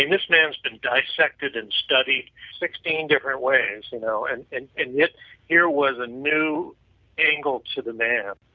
this man has been dissected and studied sixteen different ways. you know and and and yeah here was a new angle to the man,